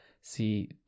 See